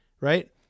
right